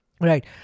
right